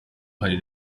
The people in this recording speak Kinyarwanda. hari